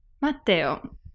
Matteo